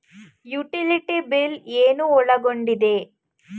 Utility bill ಏನು ಒಳಗೊಂಡಿದೆ?